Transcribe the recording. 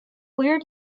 where